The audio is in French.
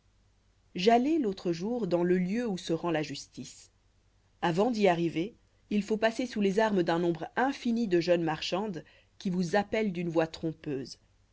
j'allai l'autre jour dans le lieu où se rend la justice avant d'y arriver il faut passer sous les armes d'un nombre infini de jeunes marchandes qui vous appellent d'une voix trompeuse